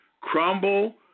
crumble